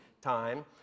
time